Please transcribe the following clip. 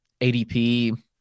ADP